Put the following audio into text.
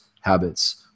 habits